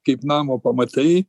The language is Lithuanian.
kaip namo pamatai